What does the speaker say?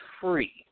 free